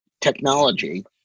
technology